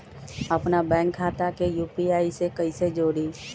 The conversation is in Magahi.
अपना बैंक खाता के यू.पी.आई से कईसे जोड़ी?